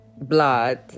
blood